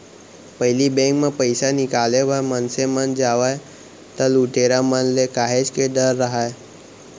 पहिली बेंक म पइसा निकाले बर मनसे मन जावय त लुटेरा मन ले काहेच के डर राहय